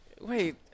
Wait